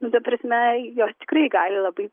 nu ta prasme jos tikrai gali labai